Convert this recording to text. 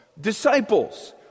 Disciples